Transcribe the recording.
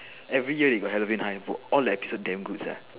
every year you got Halloween hi~ vote all the episode damn good sia